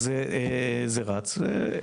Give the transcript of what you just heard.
אז זה רץ.